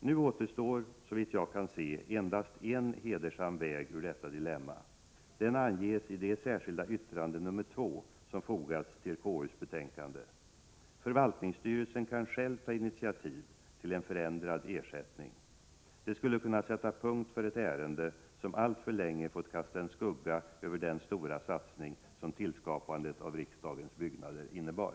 Nu återstår, såvitt jag kan se, endast en hedersam väg ur detta dilemma. Den anges i det särskilda yttrande nr 2 som fogats till KU:s betänkande. Förvaltningsstyrelsen kan själv ta initiativ till en förändrad ersättning. Det skulle kunna sätta punkt för ett ärende, som alltför länge fått kasta en skugga över den stora satsning som tillskapandet av riksdagens byggnader innebar.